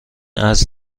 اسب